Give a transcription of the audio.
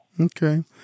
Okay